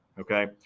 Okay